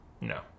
No